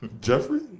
Jeffrey